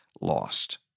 lost